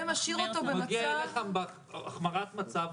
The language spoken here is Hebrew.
הוא מגיע אליך בהחמרת מצב,